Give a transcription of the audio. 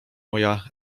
moja